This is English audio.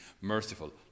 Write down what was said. merciful